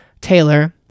taylor